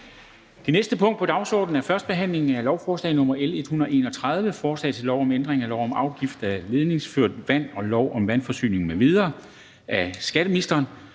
Det næste punkt på dagsordenen er: 3) 1. behandling af lovforslag nr. L 131: Forslag til lov om ændring af lov om afgift af ledningsført vand og lov om vandforsyning m.v. (Forhøjelse